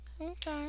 Okay